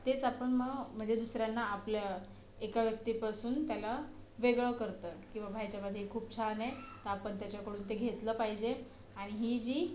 तेच आपण मग म्हणजे दुसऱ्यांना आपल्या एका व्यक्तीपासून त्याला वेगळं करतं की बाबा ह्याच्यामध्ये हे खूप छान आहे तर आपण त्याच्याकडून ते घेतलं पाहिजे आणि ही जी